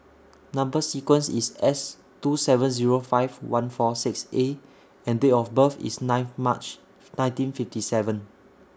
Number sequence IS S two seven Zero five one four six A and Date of birth IS ninth March nineteen fifty seven